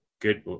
good